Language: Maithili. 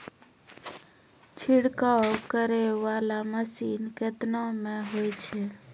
छिड़काव करै वाला मसीन केतना मे होय छै?